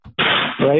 Right